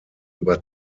über